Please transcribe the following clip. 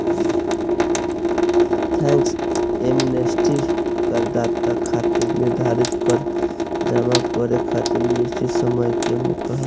tax amnesty करदाता खातिर निर्धारित कर जमा करे खातिर निश्चित समय के मौका हवे